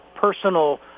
personal